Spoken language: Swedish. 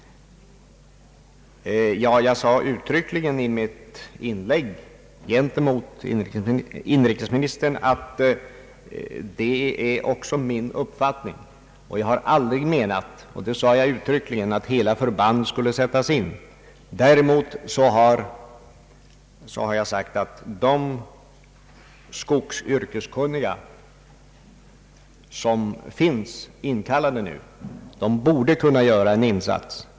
Jag sade uttryckligen i mitt tidigare inlägg att även jag har denna uppfattning. Jag har aldrig menat att hela förband skulle sättas in. Däremot har jag framhållit att de yrkeskunniga som finns inkallade nu borde kunna göra en insats.